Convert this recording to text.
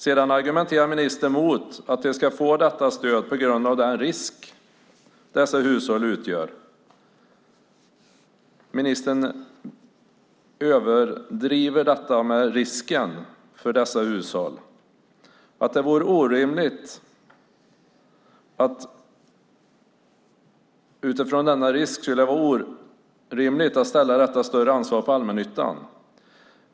Sedan argumenterar ministern mot att de ska få detta stöd på grund av den risk som dessa hushåll utgör. Ministern överdriver risken med dessa hushåll och säger att det utifrån denna risk skulle vara orimligt att kräva att allmännyttan ska ta ett större ansvar.